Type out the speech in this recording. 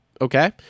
okay